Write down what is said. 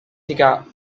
digger